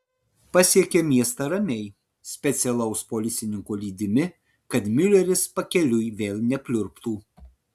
pasiekė miestą ramiai specialaus policininko lydimi kad miuleris pakeliui vėl nepliurptų